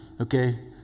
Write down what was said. okay